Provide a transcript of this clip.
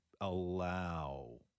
allow